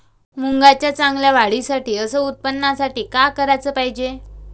मुंगाच्या चांगल्या वाढीसाठी अस उत्पन्नासाठी का कराच पायजे?